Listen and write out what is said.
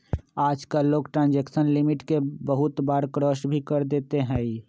आजकल लोग transaction limit के बहुत बार क्रास भी कर देते हई